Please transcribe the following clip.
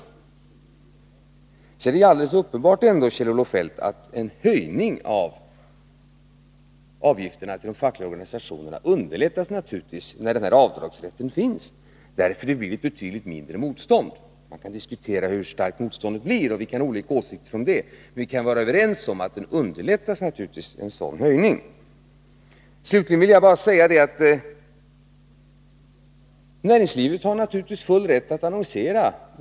17 januari.1983 Sedan är det alldeles uppenbart, Kjell-Olof Feldt, att en höjning av avgifterna till de fackliga organisationerna naturligtvis underlättas när denna Om förslaget till avdragsrätt finns. Det blir ju ett betydligt mindre motstånd mot höjning av avdragsrätt vid in avgifterna. Man kan diskutera hur starkt motståndet blir, och vi kan ha olika — komstbeskatt åsikter om det. Men vi kan vara överens om att en höjning naturligtvis ningen för fack underlättas. föreningsavgifter, Men jag vill bara säga att näringslivet naturligtvis har full rätt att annonsera — mm.m.